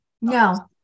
No